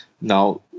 Now